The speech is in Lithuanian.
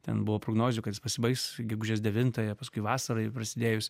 ten buvo prognozių kad jis pasibaigs gegužės devintąją paskui vasarai prasidėjus